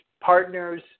partners